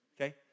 Okay